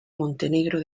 montenegro